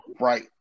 Right